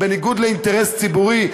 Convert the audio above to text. בניגוד לאינטרס ציבורי,